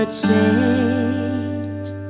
change